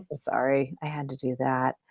ah sorry, i had to do that!